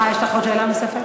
יש לך שאלה נוספת?